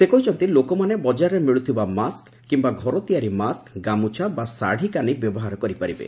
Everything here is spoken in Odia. ସେ କହିଛନ୍ତି ଲୋକମାନେ ବଜାରରେ ମିଳୁଥିବା ମାସ୍କ କିମ୍ନା ଘର ତିଆରି ମାସ୍କ ଗାମୁଛା ବା ଶାଢ଼ି କାନି ବ୍ୟବହାର କରିପାରିବେ